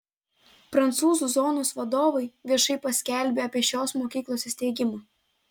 prancūzų zonos vadovai viešai paskelbė apie šios mokyklos įsteigimą